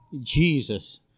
Jesus